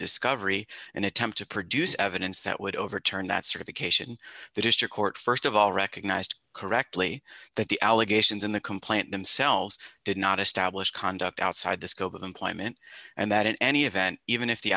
discovery and attempt to produce evidence that would overturn that certification the district court st of all recognized correctly that the allegations in the complaint themselves did not establish conduct outside the scope of employment and that in any event even if the